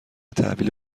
تحویل